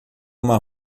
uma